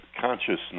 consciousness